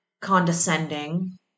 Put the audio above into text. condescending